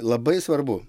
labai svarbu